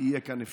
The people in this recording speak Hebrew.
יהיה כאן הפקר?